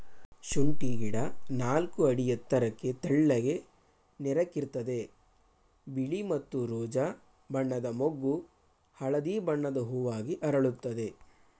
ಶುಂಠಿ ಗಿಡ ನಾಲ್ಕು ಅಡಿ ಎತ್ತರಕ್ಕೆ ತೆಳ್ಳಗೆ ನೇರಕ್ಕಿರ್ತದೆ ಬಿಳಿ ಮತ್ತು ರೋಜಾ ಬಣ್ಣದ ಮೊಗ್ಗು ಹಳದಿ ಬಣ್ಣದ ಹೂವಾಗಿ ಅರಳುತ್ತದೆ